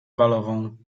balową